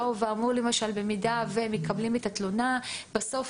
אמרו למשל: במידה ומקבלים את התלונה בסוף,